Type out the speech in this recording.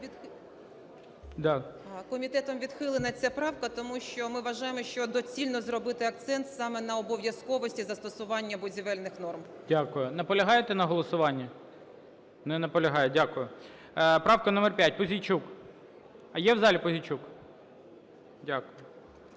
Комітетом відхилена ця правка, тому що ми вважаємо, що доцільно зробити акцент саме на обов'язковості застосування будівельних норм. ГОЛОВУЮЧИЙ. Дякую. Наполягаєте на голосуванні? Не наполягає. Дякую. Правка номер 5, Пузійчук. А є в залі Пузійчук? Дякую.